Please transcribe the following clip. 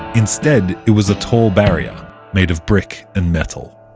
instead it was a tall barrier made of brick and metal.